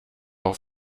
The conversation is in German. auf